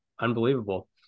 unbelievable